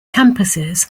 campuses